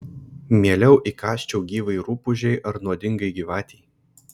mieliau įkąsčiau gyvai rupūžei ar nuodingai gyvatei